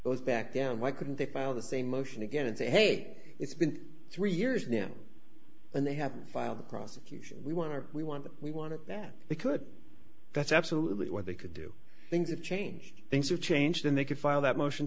both back down why couldn't they found the same motion again and say hey it's been three years now and they have filed a prosecution we want to we want to we want to that they could that's absolutely what they could do things have changed things have changed and they could file that motion